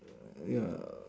ya